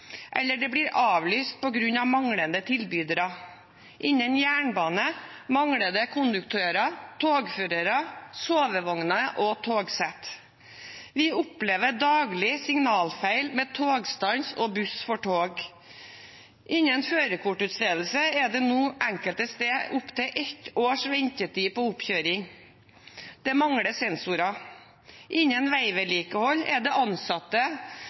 eller det blir avlyst på grunn av manglende tilbydere. I jernbanen mangler det konduktører, togførere, sovevogner og togsett. Vi opplever daglig signalfeil, med togstans og buss for tog. Innen førerkortutstedelse er det nå enkelte steder opp til ett års ventetid for oppkjøring – det mangler sensorer. Innen veivedlikehold er det ansatte